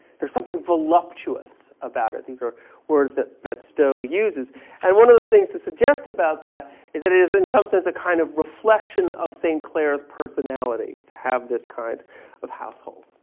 there's something voluptuous about it. these are words that that stowe uses and one of the things to suggest about that is that it is in some sense a kind of reflection of st. clair's personality. to have this kind of household.